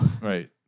Right